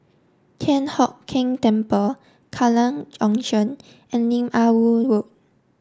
Thian Hock Keng Temple Kallang Junction and Lim Ah Woo Road